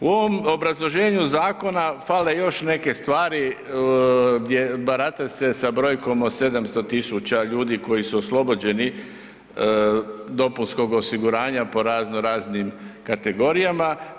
U ovom obrazloženju zakona fale još neke svari gdje se barata brojkom od 700.000 ljudi koji su oslobođeni dopunskog osiguranja po raznoraznim kategorijama.